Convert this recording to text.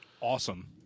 awesome